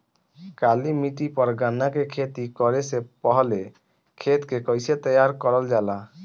काली मिट्टी पर गन्ना के खेती करे से पहले खेत के कइसे तैयार करल जाला?